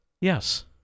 yes